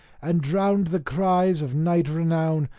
and drowned the cries of knight renown,